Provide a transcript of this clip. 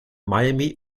miami